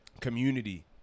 community